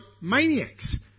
maniacs